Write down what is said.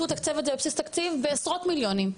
לתקצב את זה בבסיס תקציב בעשרות מיליונים.